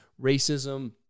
racism